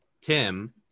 Tim